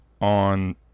on